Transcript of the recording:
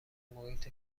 محیط